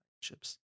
chips